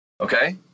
Okay